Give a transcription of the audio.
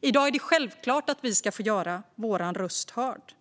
I dag är det självklart att vi ska få göra vår röst hörd.